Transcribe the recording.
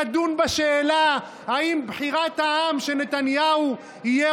לדון בשאלה אם בחירת העם שנתניהו יהיה